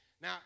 Now